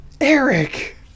eric